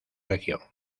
región